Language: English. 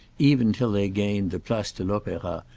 even till they gained the place de l'opera,